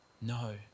No